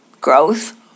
growth